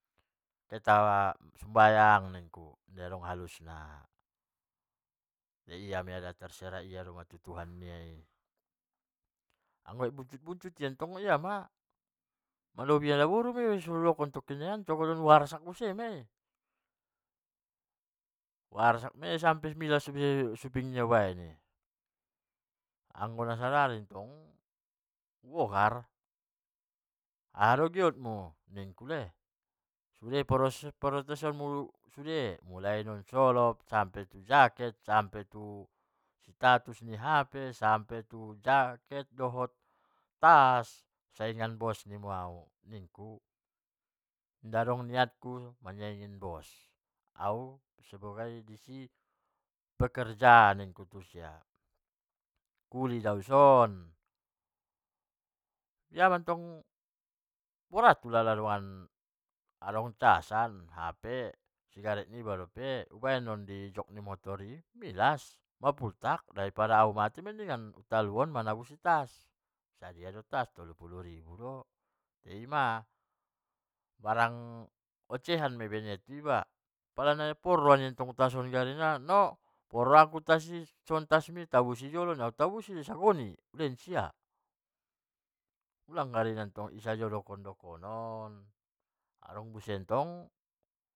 Keta sumbayang niku secara halusna. tai ia mai da terserah ia mai tuhan nia i nikku. anggo giot buccut-buccut ia tong ia ma, malobihi daboru ma ia, muli-muli hu arsak maia i. hu arsak ma ia sampe milas suping nia u baen i. anggo na sadari dontong hu ogar, aha do giot mu nikku le, sude giot protes on mu, mulai sian solop sampe tu jaket sampe tu hape, sampe tu jaket sampe tu tas. na saingan ni bos mu au nikku. inda dong niatku manyaingi ho au gari anggo disi bekerja nikku tusia. kuli do au dison biamantong borat do ulala dongan, adong cas an, sigaret niba dope, di baen non di jok ni motor i milas mapultak, ulai di padao baen ma nian tarbat manabusi tas. sadia do tas tolu pulu ribu do ima barang ocehan ma baen nia tu iba, bo porrohamu tas songoni tabusi nia, utabusi sagoni ulehen sia, ualng gari tong in sajo dongkon-dongkon on. adong buse tong